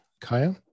Kaya